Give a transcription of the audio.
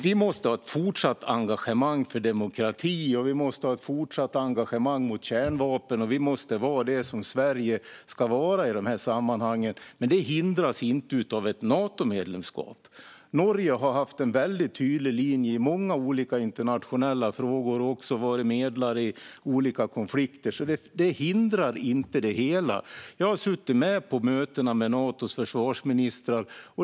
Vi måste ha ett fortsatt engagemang för demokrati, vi måste ha ett fortsatt engagemang mot kärnvapen och vi måste vara det som Sverige ska vara i de här sammanhangen. Men det hindras inte av ett Natomedlemskap. Norge har haft en väldigt tydlig linje i många olika internationella frågor och har också varit medlare i olika konflikter. Ett Natomedlemskap hindrar alltså inte detta. Jag har suttit med på mötena med Natos försvarsministrar.